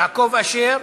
יעקב אשר,